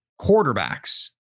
quarterbacks